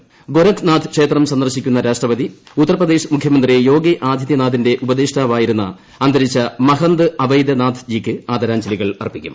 ദ് ശ്ലീഗാരാഖ് നാഥ് നക്ഷേത്രം സന്ദർശിക്കുന്ന രാഷ്ട്രപതി ഉത്തർപ്പ്ദേശ് മുഖ്യമന്ത്രി യോഗി ആദിത്യനാഥിന്റെ ഉപദേഷ്ട്ടാവ്വായിരുന്ന അന്തരിച്ച മഹന്ദ് ആവെയ്ദ്യ നാഥ്ജിക്ക് ആഭൂരാഞ്ജലികൾ അർപ്പിക്കും